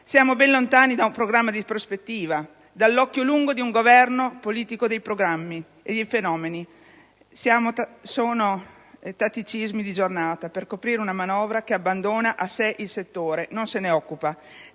Siamo ben lontani da un programma di prospettiva, dall'occhio lungo di un governo politico dei fenomeni. Siamo ai tatticismi di giornata per coprire una manovra che abbandona a sé il settore e non se ne occupa.